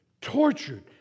tortured